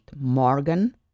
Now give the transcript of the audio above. Morgan